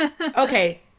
Okay